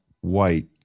White